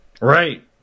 Right